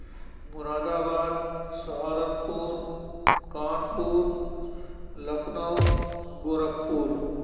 مراد آباد سہارنپور کانپور لکھنؤ گورکھپور